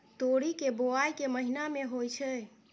तोरी केँ बोवाई केँ महीना मे होइ छैय?